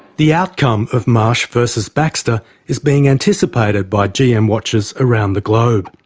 the outcome of marsh versus baxter is being anticipated by gm watchers around the globe,